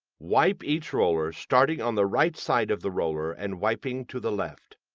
wipe each roller starting on the right side of the roller and wiping to the left.